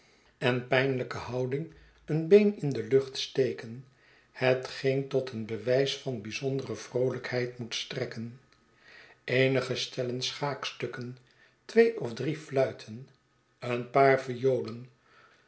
en pijnlijke houding een been in de lucht steken hetgeen tot een bewijs van bijzondere vroolijkheid moet strekken eenige stellen schaakstukken twee of drie fluiten een paar violen